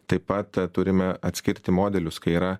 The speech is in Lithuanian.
taip pat turime atskirti modelius kai yra